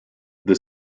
the